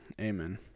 Amen